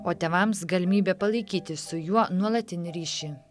o tėvams galimybė palaikyti su juo nuolatinį ryšį